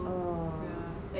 oo